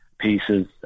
pieces